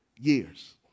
years